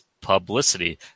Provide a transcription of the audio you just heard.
publicity